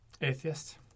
atheist